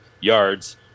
yards